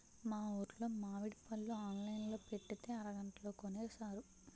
మా ఊరులో మావిడి పళ్ళు ఆన్లైన్ లో పెట్టితే అరగంటలో కొనేశారు